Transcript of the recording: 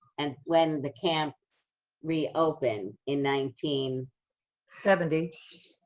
and when the camp reopened in nineteen seventy.